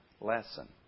lesson